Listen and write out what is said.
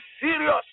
serious